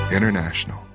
International